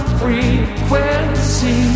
frequency